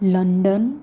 London